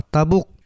Tabuk